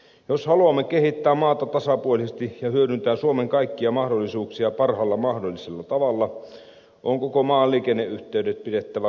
jos haluamme kehittää maata tasapuolisesti ja hyödyntää suomen kaikkia mahdollisuuksia parhaalla mahdollisella tavalla on koko maan liikenneyhteydet pidettävä kunnossa